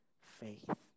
faith